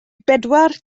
bedwar